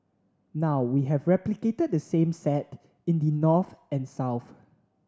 now we have replicated the same set in the north and south